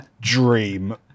dream